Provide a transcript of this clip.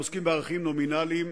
אנחנו עוסקים בערכים נומינליים,